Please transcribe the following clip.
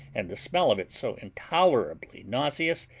and the smell of it so intolerably nauseous,